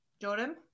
Jordan